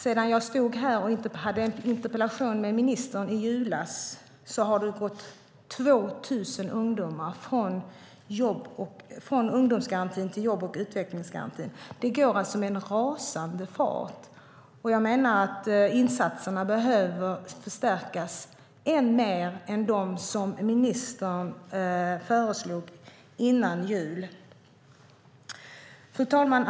Sedan jag stod här och hade en interpellationsdebatt med ministern i julas har 2 000 ungdomar gått från ungdomsgarantin till jobb och utvecklingsgarantin. Det går alltså med en rasande fart. Jag menar att det behövs ännu starkare insatser än de som ministern föreslog före jul. Fru talman!